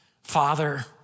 Father